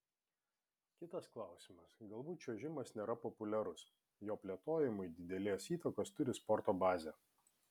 kitas klausimas galbūt čiuožimas nėra populiarus jo plėtojimui didelės įtakos turi sporto bazė